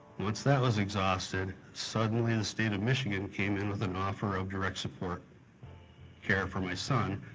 once that was exhausted, suddenly the state of michigan came in with an offer of direct support care for my son,